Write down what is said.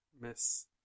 miss